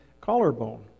collarbone